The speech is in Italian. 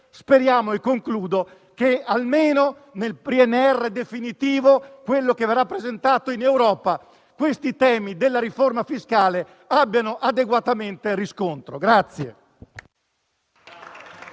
Speriamo che almeno nel PNRR definitivo, quello che verrà presentato in Europa, i temi della riforma fiscale abbiano adeguato riscontro.